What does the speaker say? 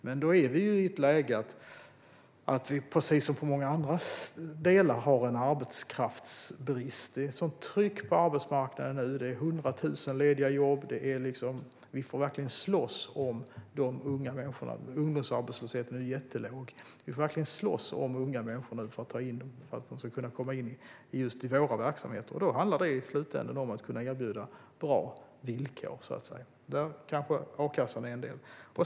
Men då är vi i ett läge att vi precis som i många andra delar har en arbetskraftsbrist. Det är sådant tryck på arbetsmarknaden nu med 100 000 lediga jobb. Ungdomsarbetslösheten är jättelåg, och vi får verkligen slåss om de unga människorna nu för att de ska komma in just i våra verksamheter. Då handlar det i slutändan om att kunna erbjuda bra villkor. Där kanske a-kassan är en del.